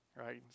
right